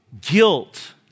guilt